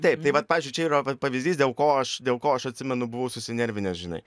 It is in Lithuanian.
taip tai va pavyzdžiui čia yra va pavyzdys dėl ko aš dėl ko aš atsimenu buvau susinervinęs žinai